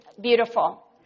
beautiful